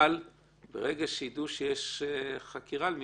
ברגע שיידעו שיש חקירה על מישהו,